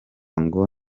ngo